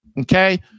Okay